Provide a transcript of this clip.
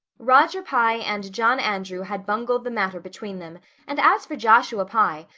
roger pye and john andrew had bungled the matter between them and as for joshua pye,